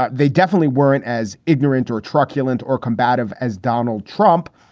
ah they definitely weren't as ignorant or truculent or combative as donald trump,